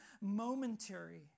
momentary